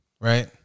right